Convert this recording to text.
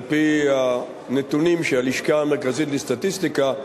על-פי הנתונים של הלשכה המרכזית לסטטיסטיקה,